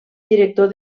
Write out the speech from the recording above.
director